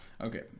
Okay